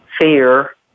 fear